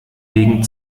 wegen